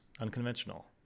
Unconventional